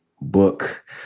book